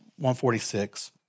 146